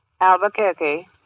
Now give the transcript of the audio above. Albuquerque